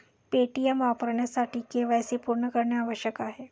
Paytm वापरण्यासाठी KYC पूर्ण करणे आवश्यक आहे